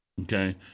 Okay